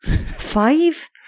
Five